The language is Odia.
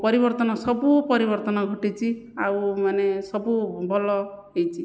ପରିବର୍ତ୍ତନ ସବୁ ପରିବର୍ତ୍ତନ ଘଟିଛି ଆଉ ମାନେ ସବୁ ଭଲ ହେଇଛି